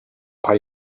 paar